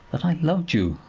that i loved you.